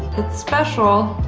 it's special,